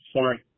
Sorry